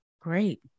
Great